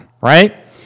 right